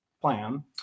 plan